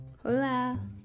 hola